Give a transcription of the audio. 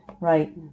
right